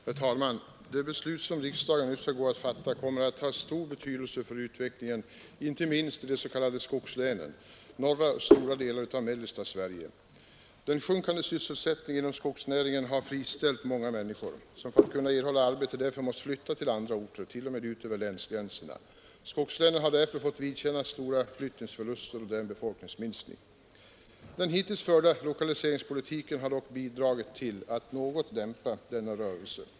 Herr talman! Det beslut som riksdagen nu skall gå att fatta kommer att ha stor betydelse för utvecklingen, inte minst i de s.k. skogslänen — norra och stora delar av mellersta Sverige. Den sjunkande sysselsättningen inom skogsnäringen har friställt många människor, som för att erhålla arbete måst flytta till andra orter, t.o.m. ut över länsgränserna. Skogslänen har därför fått vidkännas stora flyttningsförluster och därmed befolkningsminskning. Den hittills förda lokaliseringspolitiken har dock bidragit till att något dämpa denna rörelse.